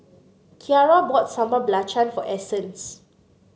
Ciara bought Sambal Belacan for Essence